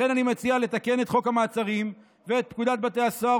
לכן אני מציע לתקן את חוק המעצרים ואת פקודת בתי הסוהר,